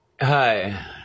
Hi